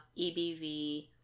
EBV